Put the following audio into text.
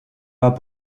pas